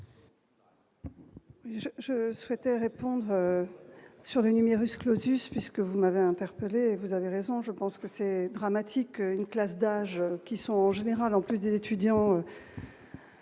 Je souhaitais répondre sur le numerus clausus, puisque vous m'avez interpellé et vous avez raison, je pense que c'est dramatique, une classe d'âge qui sont, en général, en plus des étudiants